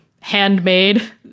handmade